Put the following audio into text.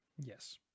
Yes